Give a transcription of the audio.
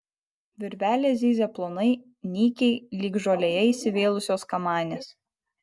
virvelės zyzia plonai nykiai lyg žolėje įsivėlusios kamanės